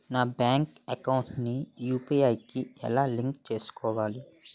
నా bank account ని UPI కి ఎలా లింక్ చేసుకోవాలి?